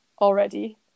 already